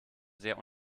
sehr